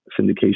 syndication